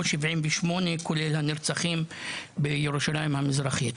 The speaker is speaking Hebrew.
או 78 כולל הנרצחים בירושלים המזרחית.